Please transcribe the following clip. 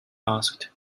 asked